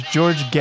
George